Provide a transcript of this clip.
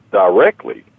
directly